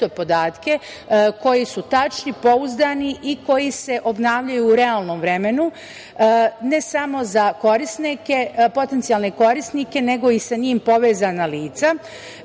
sve te podatke, koji su tačni, pouzdani i koji se obnavljaju u realnom vremenu, ne samo za potencijalne korisnike, nego i sa njim povezana lica.